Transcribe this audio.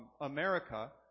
America